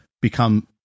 become